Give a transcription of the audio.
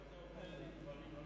זה לא נכון.